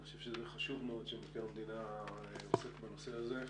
אני חושב שזה חשוב מאוד שמבקר המדינה עוסק בנושא הזה.